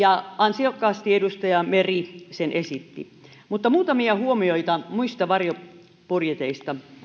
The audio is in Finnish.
ja ansiokkaasti edustaja meri sen esitti mutta muutamia huomioita muista varjobudjeteista